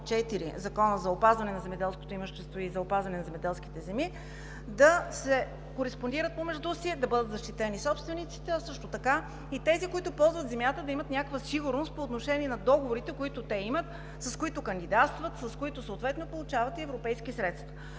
Законът за опазване на земеделското имущество и Законът за опазване на земеделските земи да кореспондират помежду си, да бъдат защитени собствениците, а също така тези, които ползват земята, да имат някаква сигурност по отношение на договорите, които имат, с които кандидатстват, с които получават и европейски средства.